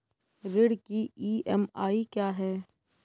ऋण की ई.एम.आई क्या है?